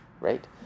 Right